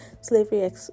slavery